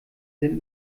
sind